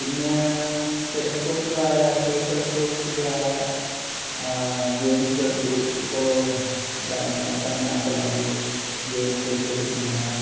പിന്നെ ടെലസ്കോപ്പുകളായ സ്പേസ് ടെലസ്സോപ്പുകളായ ജെയിൻസ്വെബ് ഇപ്പോള് അവസാനം നാസ ലോൻഞ്ചെയ്ത ജെയിൻസ്വെബ് പിന്നെ